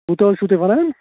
کوٗتاہ حظ چھُو تُہۍ ونان